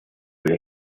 wir